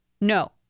no